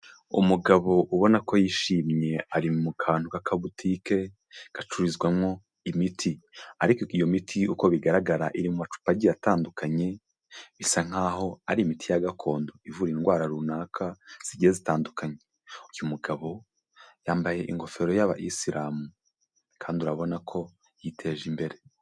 Umugabo ubona ko yishimye ari mu kantu k'akabutike gacururizwamowo imiti. Ariko iyo miti uko bigaragara iri mu macupa agiye atandukanye, bisa nkaho ari imiti ya gakondo ivura indwara runaka zigiye zitandukanye. Uyu mugabo yambaye ingofero y'aba isilamu, kandi urabona ko yiteje imbere.